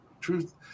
truth